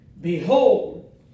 Behold